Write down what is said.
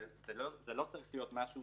זה לא צריך להיות משהו